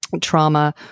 trauma